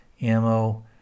ammo